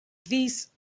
these